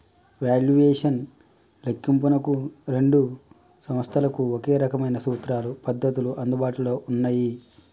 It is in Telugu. వాల్యుయేషన్ లెక్కింపునకు రెండు సంస్థలకు ఒకే రకమైన సూత్రాలు, పద్ధతులు అందుబాటులో ఉన్నయ్యి